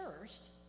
first